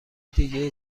دیگه